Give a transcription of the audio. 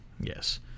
yes